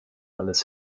alles